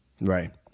right